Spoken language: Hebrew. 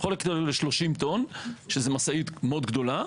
יכול לחלק ל-30 טון, שזה משאית מאוד גדולה.